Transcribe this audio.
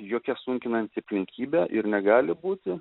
jokia sunkinanti aplinkybė ir negali būti